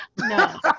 No